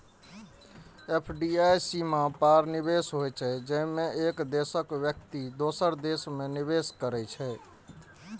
FDI सीमा पार निवेश होइ छै, जेमे एक देशक व्यक्ति दोसर देश मे निवेश करै छै